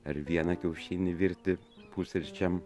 ar vieną kiaušinį virti pusryčiam